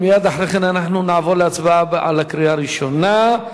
ומייד אחרי כן אנחנו נעבור להצבעה בקריאה הראשונה.